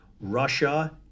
Russia